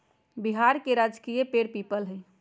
बिहार के राजकीय पेड़ पीपल हई